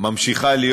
ממשיכה להיות,